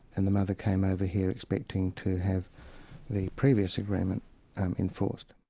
and the mother came over here expecting to have the previous agreement enforced.